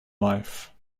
life